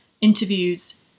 interviews